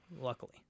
luckily